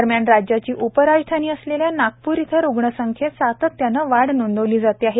दरम्यान राज्याची उपराजधानी असलेल्या नागपूर इथं रुग्णसंख्येत सातत्याने वाढ नोंदविली जाते आहे